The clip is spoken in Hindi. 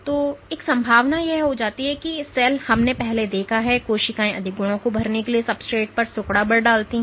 तो एक संभावना यह थी कि सेल हमने पहले देखा है कि कोशिकाएं अधिक गुणों को भरने के लिए सब्सट्रेट पर सिकुड़ा बल डालती हैं